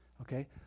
Okay